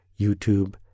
YouTube